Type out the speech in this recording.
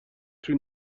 توی